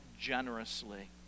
generously